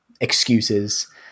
excuses